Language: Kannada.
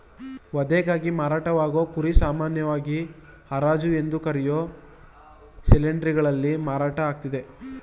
ವಧೆಗಾಗಿ ಮಾರಾಟವಾಗೋ ಕುರಿ ಸಾಮಾನ್ಯವಾಗಿ ಹರಾಜು ಎಂದು ಕರೆಯೋ ಸೇಲ್ಯಾರ್ಡ್ಗಳಲ್ಲಿ ಮಾರಾಟ ಆಗ್ತದೆ